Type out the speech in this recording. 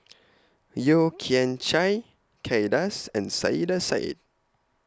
Yeo Kian Chai Kay Das and Saiedah Said